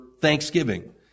thanksgiving